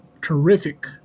terrific